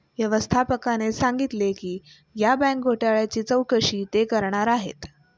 व्यवस्थापकाने सांगितले की या बँक घोटाळ्याची चौकशी ते करणार आहेत